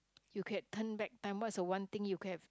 you can turn back time what's the one thing you could have